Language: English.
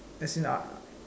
as in uh